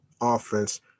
offense